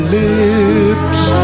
lips